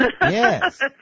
Yes